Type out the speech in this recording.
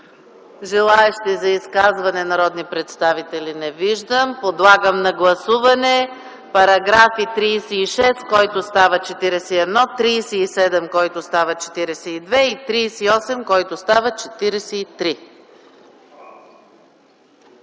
Желаещи за изказване народни представители? Не виждам. Подлагам на гласуване § 36, който става § 41, § 37, който става § 42, и § 38, който става § 43.